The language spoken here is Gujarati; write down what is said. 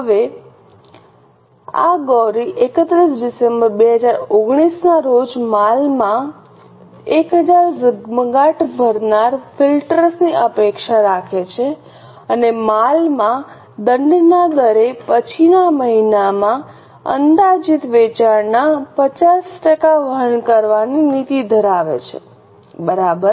હવે આ ગૌરી 31 ડિસેમ્બર 2019 ના રોજ માલમાં 1000 ઝગમગાટ ભરનારા ફિલ્ટર્સની અપેક્ષા રાખે છે અને માલમાં દંડના દરે પછીના મહિનાના અંદાજિત વેચાણના 50 ટકા વહન કરવાની નીતિ ધરાવે છે બરાબર